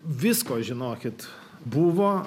visko žinokit buvo